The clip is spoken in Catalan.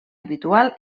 habitual